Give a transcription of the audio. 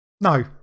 No